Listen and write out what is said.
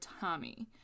Tommy